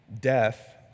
Death